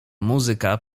muzyka